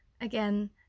again